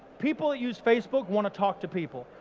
people that use facebook want to talk to people.